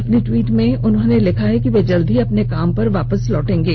अपने टवीट संदेश में उन्होंने लिखा है कि वे जल्द ही अपने काम पर लौटेंगे